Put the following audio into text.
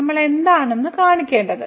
നമ്മൾ എന്താണ് കാണിക്കേണ്ടത്